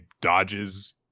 dodges